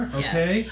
okay